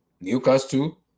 Newcastle